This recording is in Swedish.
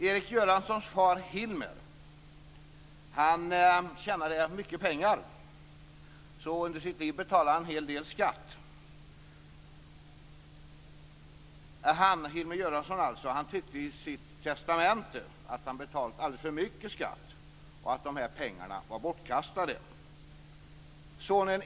Erik Göranssons far Hilmer tjänade mycket pengar och betalade en hel del skatt under sitt liv. Han, Hilmer Göransson alltså, skrev i sitt testamente att han tyckte att han hade betalt alldeles för mycket skatt och att dessa pengar var bortkastade.